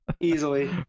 Easily